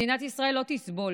מדינת ישראל לא תסבול